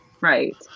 right